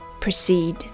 proceed